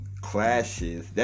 clashes